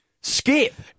Skip